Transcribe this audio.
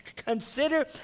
Consider